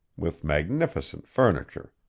with magnificent furniture